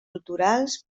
culturals